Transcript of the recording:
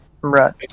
right